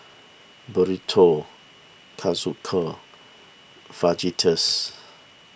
Burrito Kalguksu Fajitas